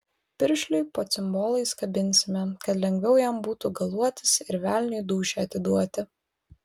piršliui po cimbolais kabinsime kad lengviau jam būtų galuotis ir velniui dūšią atiduoti